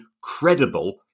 credible